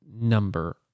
number